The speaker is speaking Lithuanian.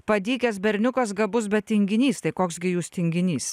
padykęs berniukas gabus bet tinginys tai koks gi jūs tinginys